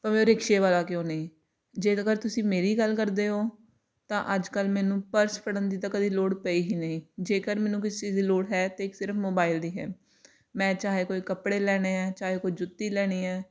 ਭਾਵੇਂ ਉਹ ਰਿਕਸ਼ੇ ਵਾਲਾ ਕਿਓਂ ਨਹੀਂ ਜੇਕਰ ਤੁਸੀਂ ਮੇਰੀ ਗੱਲ ਕਰਦੇ ਹੋ ਤਾਂ ਅੱਜ ਕੱਲ੍ਹ ਮੈਨੂੰ ਪਰਸ ਫੜਨ ਦੀ ਤਾਂ ਕਦੇ ਲੋੜ ਪਈ ਹੀ ਨਹੀਂ ਜੇਕਰ ਮੈਨੂੰ ਕਿਸੇ ਚੀਜ਼ ਦੀ ਲੋੜ ਹੈ ਤਾਂ ਇੱਕ ਸਿਰਫ਼ ਮੋਬਾਈਲ ਦੀ ਹੈ ਮੈਂ ਚਾਹੇ ਕੋਈ ਕੱਪੜੇ ਲੈਣੇ ਹੈ ਚਾਹੇ ਕੋਈ ਜੁੱਤੀ ਲੈਣੀ ਹੈ